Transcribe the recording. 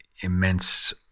immense